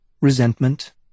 resentment